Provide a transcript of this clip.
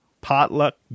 Potluck